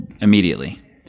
immediately